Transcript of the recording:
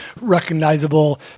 recognizable